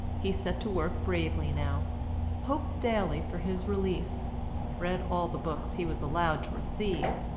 he set to work bravely now hoped daily for his release read all the books he was allowed to receive,